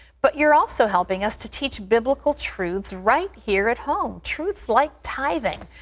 but you're also helping us to teach biblical truths right here at home, truths like tithing.